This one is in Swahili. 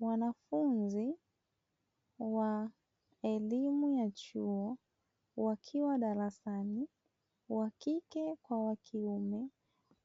Wanafunzi wa elimu ya chuo wakiwa darasani, wa kike kwa wa kiume,